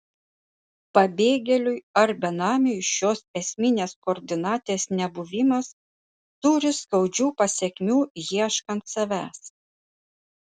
pabėgėliui ar benamiui šios esminės koordinatės nebuvimas turi skaudžių pasekmių ieškant savęs